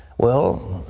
well,